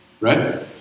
Right